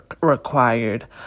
required